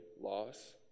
loss